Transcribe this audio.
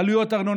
עלויות ארנונה.